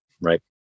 right